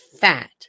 fat